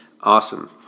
Awesome